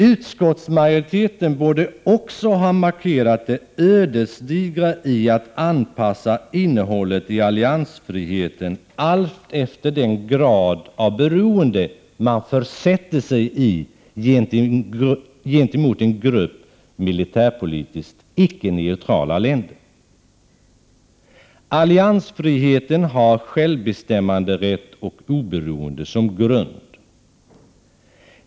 Utskottsmajoriteten borde också ha markerat det ödesdigra i att anpassa innehållet i alliansfriheten till den grad av beroende som man försätter sig i gentemot en grupp militärpolitiskt icke neutrala länder. Alliansfriheten har självbestämmanderätt och oberoende som grund.